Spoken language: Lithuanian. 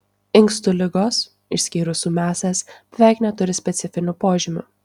inkstų ligos išskyrus ūmiąsias beveik neturi specifinių požymių